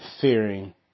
fearing